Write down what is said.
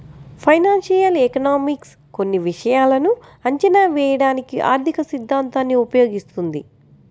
financial economics కొన్ని విషయాలను అంచనా వేయడానికి ఆర్థికసిద్ధాంతాన్ని ఉపయోగిస్తుంది